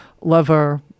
lover